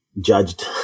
judged